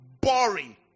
boring